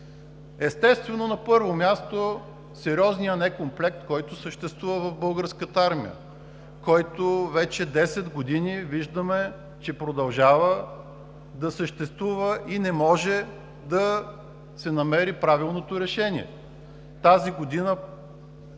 Естествено, на първо място, сериозният некомплект, който съществува в Българската армия, който вече десет години виждаме, че продължава да съществува и не може да се намери правилното решение. Тази година